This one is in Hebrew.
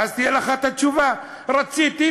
ואז תהיה לך התשובה: רציתי,